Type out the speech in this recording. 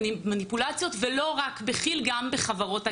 ומניפולציות ולא רק בכי"ל אלא גם בחברות הגז.